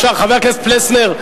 חבר הכנסת פלסנר.